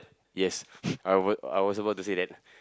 yes I was I was about to say that